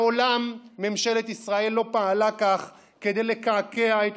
מעולם ממשלת ישראל לא פעלה כך כדי לקעקע את